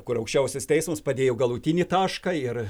kur aukščiausias teismas padėjo galutinį tašką ir